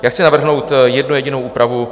Chci navrhnout jednu jedinou úpravu.